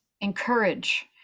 encourage